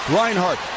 Reinhardt